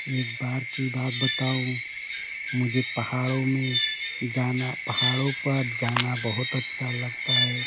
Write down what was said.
एक बार की बात बताऊँ मुझे पहाड़ों में जाना पहाड़ों पर जाना बहुत अच्छा लगता है